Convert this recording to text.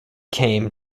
came